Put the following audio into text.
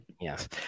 Yes